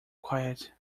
quiet